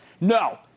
No